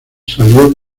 salió